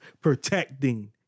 protecting